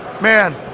man